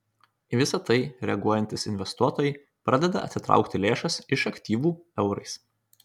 į visa tai reaguojantys investuotojai pradeda atitraukti lėšas iš aktyvų eurais